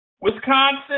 Wisconsin